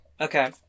Okay